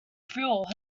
thrill